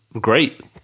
great